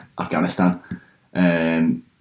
Afghanistan